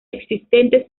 existentes